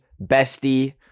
bestie